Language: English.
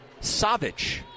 Savic